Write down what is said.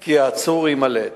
כי העצור יימלט.